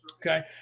Okay